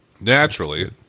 Naturally